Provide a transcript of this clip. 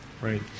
right